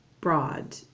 broad